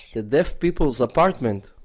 the deaf people's apartment!